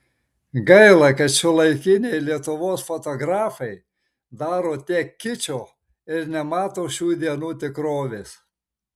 gaila kad šiuolaikiniai lietuvos fotografai daro tiek kičo ir nemato šių dienų tikrovės